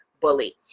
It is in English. bully